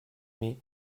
mai